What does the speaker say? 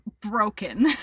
broken